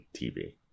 tv